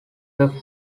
were